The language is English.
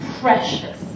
precious